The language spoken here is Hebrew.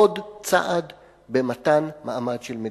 עוד צעד במתן מעמד של מדינה.